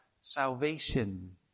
salvation